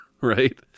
right